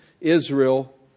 Israel